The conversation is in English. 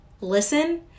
listen